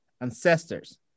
Ancestors